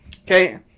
okay